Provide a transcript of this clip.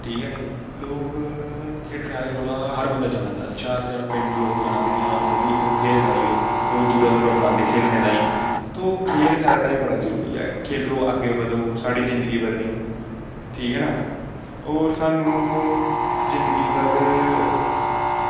ठीक ऐ नी लोग खेढने आह्ले कोला हर बंदा जानदा चार चार पिंड लोक जानदे कि हां बंदा भाई ओह् खेलदा ई ओह् लोग दूरा दूरा बुलांदे खेलने ताईं तो खेल साढ़े ताईं बड़ा जरूरी ऐ खेलो अग्गें बधो साढ़ी जिंदगी बधनी ठीक ऐ ना होर सानू जिंदगी भर